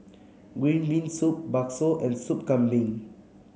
Green Bean Soup Bakso and Soup Kambing